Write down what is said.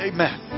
Amen